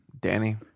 Danny